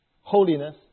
holiness